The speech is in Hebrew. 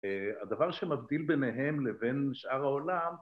אה, הדבר שמבדיל ביניהם לבין שאר העולם